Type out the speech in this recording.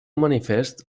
manifest